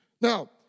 Now